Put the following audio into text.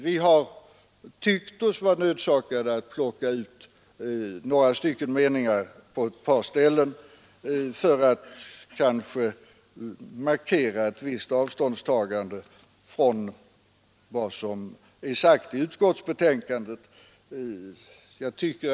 Vi har på någon enstaka punkt varit nödsakade att plocka ut några meningar på ett par ställen för att markera ett visst avståndstagande från vad som skrivits i betänkandet av majoriteten.